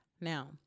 Now